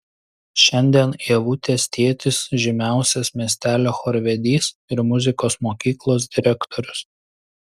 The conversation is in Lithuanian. šiandien ievutės tėtis žymiausias miestelio chorvedys ir muzikos mokyklos direktorius